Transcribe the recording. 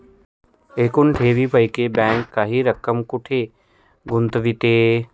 एकूण ठेवींपैकी बँक काही रक्कम कुठे गुंतविते?